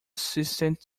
assistant